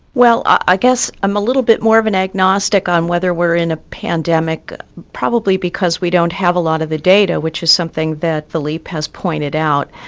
well i guess i'm a little bit more of an agnostic on whether we're in a pandemic, probably because we don't have a lot of the data which is something that phillipe has pointed out.